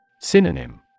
Synonym